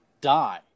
die